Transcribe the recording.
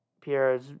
Pierre's